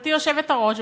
גברתי היושבת-ראש,